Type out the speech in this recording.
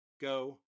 Go